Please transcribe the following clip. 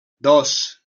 dos